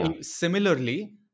similarly